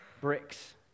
Bricks